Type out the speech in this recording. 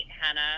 Hannah